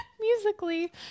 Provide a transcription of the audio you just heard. Musically